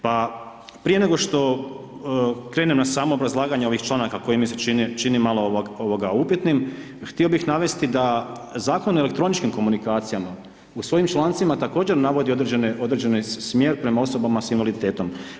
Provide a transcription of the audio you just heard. Pa prije nego što krenem na samo obrazlaganje ovih članka koji mi se čini, čini malo ovoga upitnim htio bih navesti da Zakon o elektroničkim komunikacijama u svojim člancima također navodi određene, određeni smjer prema osobama s invaliditetom.